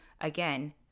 again